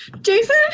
Jason